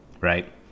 right